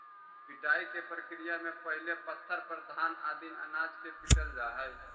पिटाई के प्रक्रिया में पहिले पत्थर पर घान आदि अनाज के पीटल जा हइ